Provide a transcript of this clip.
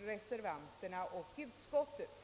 reservanterna och utskottsmajoriteten.